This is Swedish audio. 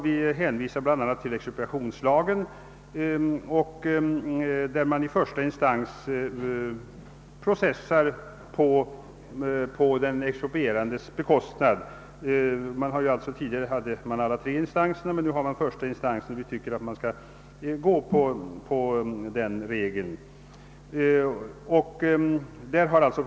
Vi hänvisar bl.a. till expropriationslagen enligt vilken man i första instans processar på den exproprierandes bekostnad. Tidigare har detta gällt i alla instanser men är nu begränsat till första instansen. Vi tycker att denna regel kan följas.